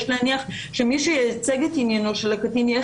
יש להניח שמי שייצג את עניינן של הקטין יהיה